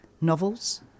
novels